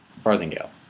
Farthingale